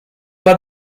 pas